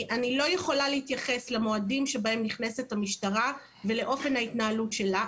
אני לא יכולה להתייחס למועדים שבהם נכנסת המשטרה ולאופן ההתנהלות שלה.